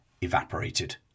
evaporated